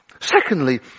Secondly